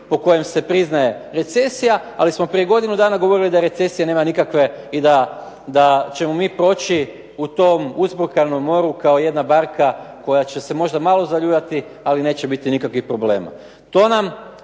po kojem se priznaje recesija, ali smo prije godinu dana govorili da recesije nema nikakve i da ćemo mi proći u tom uzburkanom moru kao jedna barka koja će se možda malo zaljuljati ali neće biti nikakvih problema.